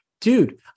dude